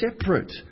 separate